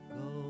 go